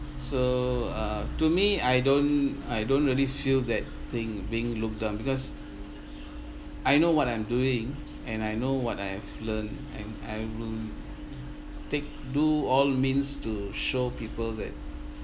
so uh to me I don't I don't really feel that thing being looked down because I know what I'm doing and I know what I've learned and I will take do all means to show people that